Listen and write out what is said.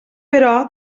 però